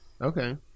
Okay